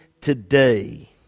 today